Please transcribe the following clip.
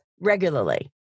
regularly